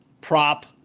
prop